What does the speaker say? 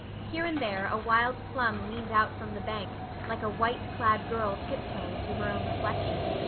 here and there a wild plum leaned out from the bank like a white-clad girl tip-toeing to her own reflection.